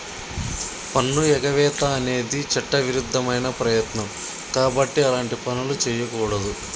పన్నుఎగవేత అనేది చట్టవిరుద్ధమైన ప్రయత్నం కాబట్టి అలాంటి పనులు చెయ్యకూడదు